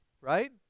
right